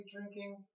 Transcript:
drinking